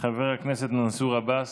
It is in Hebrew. חבר הכנסת מנסור עבאס,